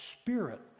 Spirit